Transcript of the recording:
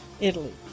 Italy